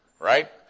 Right